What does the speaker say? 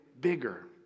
bigger